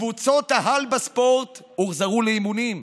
קבוצות העל בספורט הוחזרו לאימונים,